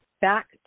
back